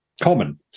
common